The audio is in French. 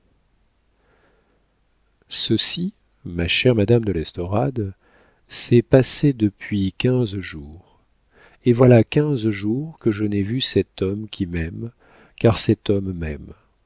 ceci ma chère madame de l'estorade s'est passé depuis quinze jours et voilà quinze jours que je n'ai vu cet homme qui m'aime car cet homme m'aime